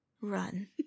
run